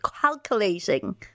calculating